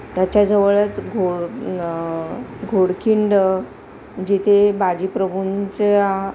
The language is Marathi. त्याच्याजवळच घो घोडखिंड जिथे बाजीप्रभूंच्या